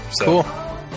Cool